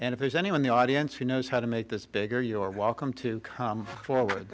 and if there's anyone the audience who knows how to make this bigger your welcome to come forward